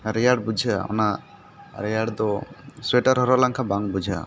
ᱨᱮᱭᱟᱲ ᱵᱩᱡᱷᱟᱹᱜᱼᱟ ᱚᱱᱟ ᱨᱮᱭᱟᱲ ᱫᱚ ᱥᱩᱭᱮᱴᱟᱨ ᱦᱚᱨᱚᱜ ᱞᱮᱱᱠᱷᱟᱱ ᱵᱟᱝ ᱵᱩᱡᱷᱟᱹᱜᱼᱟ